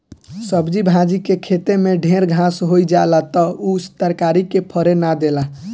सब्जी भाजी के खेते में ढेर घास होई जाला त उ तरकारी के फरे ना देला